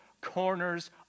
corners